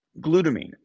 glutamine